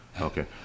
Okay